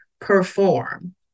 perform